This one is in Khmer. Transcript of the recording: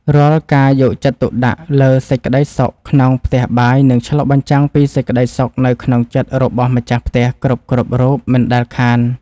រាល់ការយកចិត្តទុកដាក់លើសេចក្តីសុខក្នុងផ្ទះបាយនឹងឆ្លុះបញ្ចាំងពីសេចក្តីសុខនៅក្នុងចិត្តរបស់ម្ចាស់ផ្ទះគ្រប់ៗរូបមិនដែលខាន។